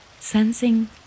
Sensing